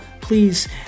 please